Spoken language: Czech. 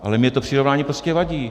Ale mně to přirovnání prostě vadí.